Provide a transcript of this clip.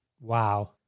wow